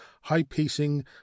high-pacing